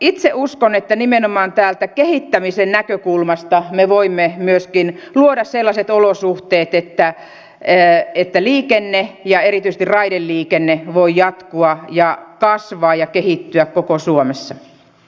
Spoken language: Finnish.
itse uskon että nimenomaan tästä kehittämisen näkökulmasta me voimme myöskin luoda sellaiset olosuhteet että liikenne ja erityisesti raideliikenne voi jatkua kasvaa ja kehittyä koko suomessa